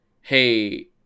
hey